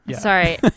sorry